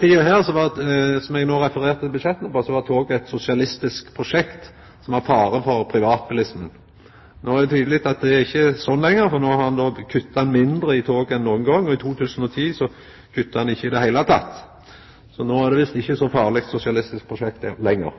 tida som eg no refererte budsjetta for, var toget eit sosialistisk prosjekt som var ein fare for privatbilismen. No er det tydeleg at det ikkje er slik lenger, for no har ein kutta mindre i tog enn nokon gong, og i 2010 kutta ein ikkje i det heile. Så no er det visst ikkje eit så farleg sosialistisk prosjekt lenger,